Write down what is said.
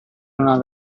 una